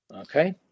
Okay